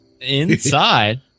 Inside